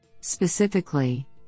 Specifically